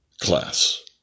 class